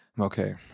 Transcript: Okay